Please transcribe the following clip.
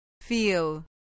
Feel